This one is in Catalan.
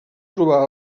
trobar